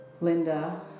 Linda